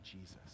jesus